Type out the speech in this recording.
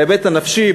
בהיבט הנפשי,